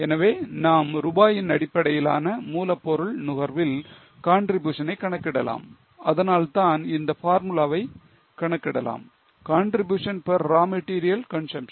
எனவே நாம் ரூபாயின் அடிப்படையிலான மூலப்பொருள் நுகர்வில் contribution னை கணக்கிடலாம் அதனால்தான் இந்த பார்முலாவை கணக்கிடலாம் contribution per raw material consumption